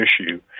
issue